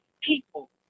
people